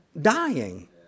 dying